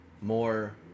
more